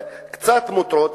וקצת מותרות,